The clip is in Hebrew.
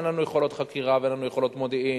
אין לנו יכולות חקירה ואין לנו יכולות מודיעין